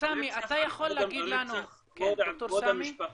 זה רצח על כבוד המשפחה,